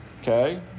okay